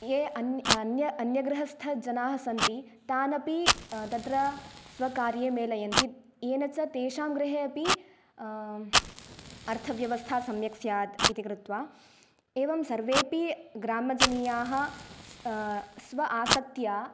ये अन् अन्य अन्यगृहस्थजनाः सन्ति तान् अपि तत्र स्वकार्ये मेलयन्ति येन च तेषां गृहे अपि अर्थव्यवस्था सम्यक् स्यात् इति कृत्वा एवं सर्वेपि ग्रामजनीयाः स्व आसक्त्या